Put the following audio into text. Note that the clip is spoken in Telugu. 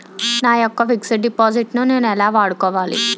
నా యెక్క ఫిక్సడ్ డిపాజిట్ ను నేను ఎలా వాడుకోవాలి?